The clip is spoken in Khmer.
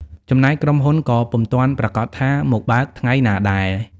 ចំណែកក្រុមហ៊ុនក៏ពុំទាន់ប្រាកដថា មកបើកថ្ងៃណាដែរ ។